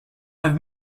have